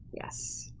Yes